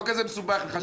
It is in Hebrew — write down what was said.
לא מסובך לחשב.